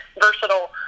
versatile